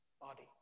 body